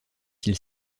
s’il